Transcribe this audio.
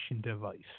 device